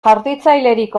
jaurtitzailerik